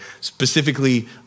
specifically